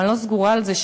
אבל אני לא סגורה על זה,